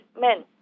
men